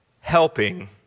helping